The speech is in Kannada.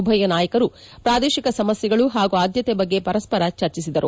ಉಭಯ ನಾಯಕರು ಪ್ರಾದೇಶಿಕ ಸಮಸ್ಯೆಗಳು ಹಾಗೂ ಆದ್ಯತೆ ಬಗ್ಗೆ ಪರಸ್ವರ ಚರ್ಚಿಸಿದರು